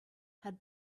had